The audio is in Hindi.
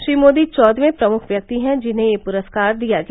श्री मोदी चैदहवें प्रमुख व्यक्ति हैं जिन्हें यह पुरस्कार दिया गया